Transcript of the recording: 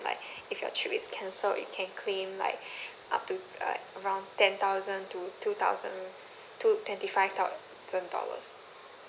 like if your trip is cancelled you can claim like up to uh around ten thousand to two thousand two twenty five thousand dollars